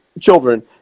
children